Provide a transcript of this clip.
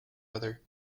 other